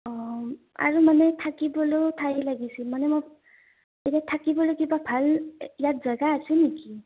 অঁ আৰু মানে থাকিবলৈয়ো ঠাই লাগিছিল মানে মোক এতিয়া থাকিবলৈ কিবা ভাল ইয়াত জেগা আছে নেকি